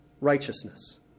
righteousness